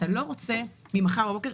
אתה לא רוצה ממחר בבוקר.